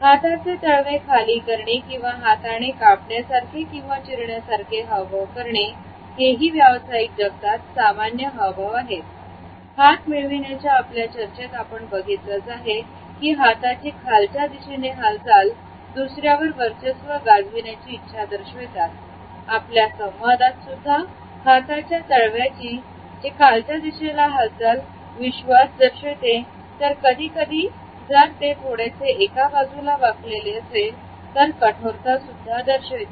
हाताचे तळवे खाली करणे किंवा हाताने कापण्या सारखे किंवा चिरण्या सारखे हावभाव करणे हेही व्यावसायिक जगतात सामान्य हावभाव आहेत हात मिळवण्याच्या आपल्या चर्चेत आपण बघितलंच आहे की हाताची खालच्या दिशेने हालचाल दुसऱ्यावर वर्चस्व गाजविण्याची इच्छा दर्शवितात आपल्या संवादात सुद्धा हाताच्या तळव्याची चे खालच्या दिशेला हालचाल विश्वास दर्शविते तर कधीकधी जर ते थोडेसे एकाबाजूला वाकलेले असेल तर कठोर ता सुद्धा दर्शविते